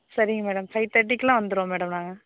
சரிங்க madam five தேர்ட்டிக்குலாம் வந்துறோம் மேடம் நாங்கள்